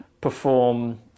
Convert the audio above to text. perform